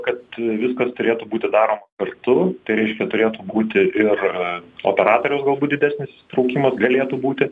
kad viskas turėtų būti daroma kartu tai reiškia turėtų būti ir operatoriaus galbūt didesnis įsitraukimas galėtų būti